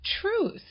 truth